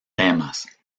temas